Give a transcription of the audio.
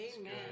Amen